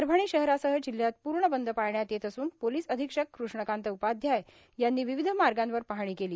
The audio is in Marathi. परभणी शहरासह जिल्ह्यात पूर्ण बंद पाळण्यात येत असून पोलीस अधीक्षक कृष्णकांत उपाध्याय यांनी विविध मार्गावर पाहणी केली